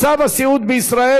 מצב הסיעוד בישראל,